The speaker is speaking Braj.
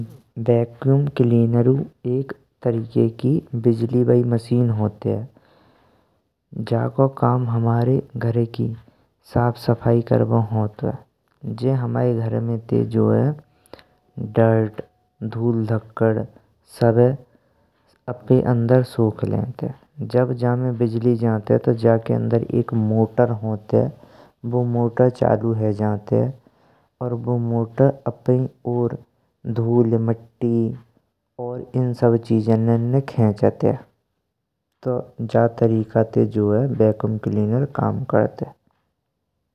वैक्यूम क्लीनरु एक तरेके की बिजली बरी मशीन होतेये। जाको काम हमरे घर की साफ सफाई करवो होतेयो। जे हमरे घर में ते जो है धूल धक्कड़ सब्बे अपने अंदर सोक्क लेतेये, जब जम बिजली जातेये तो जाके अंदर एक मोटर होतेये बु मोटर चालू है जानतेये। और बु मोटर आपै और धूल मट्टी और इनसब चीज ने अपनी और खिचतेये, तो जा तरीके ते वैक्क्यूम क्लीनर काम करतेये।